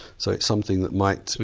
so it's something that might.